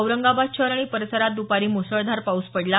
औरंगाबाद शहर आणि परिसरात दपारी मुसळधार पाऊस पडला